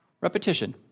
Repetition